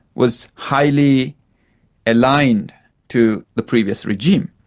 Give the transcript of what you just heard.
was highly aligned to the previous regime.